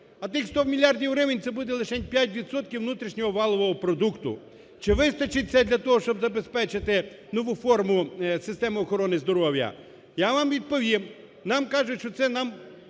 а тих 100 мільярдів гривень це буде лишень 5 відсотків внутрішнього валового продукту. Чи вистачить цього для того, щоб забезпечити нову форму системи охорони здоров'я? Я вам відповім, нам кажуть, що це нам